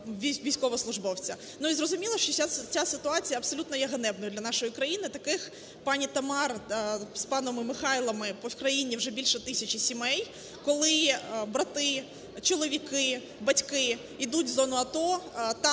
військовослужбовця. І, зрозуміло, що ця ситуація абсолютно є ганебною для нашої країни. Таких пані Тамар з панами Михайлами по країні вже більше тисячі сімей. Коли брати, чоловіки, батьки йдуть в зону АТО,